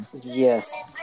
Yes